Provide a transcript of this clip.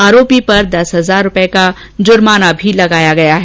आरोंपी पर दस हजार रूपये का जुर्माना भी लगाया गया है